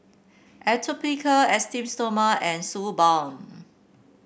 Atopiclair Esteem Stoma and Suu Balm